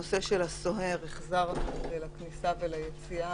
את הנושא של הסוהר החזרנו לכניסה וליציאה